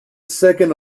second